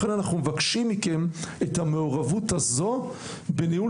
לכן אנחנו מבקשים מכם את המעורבות הזאת בניהול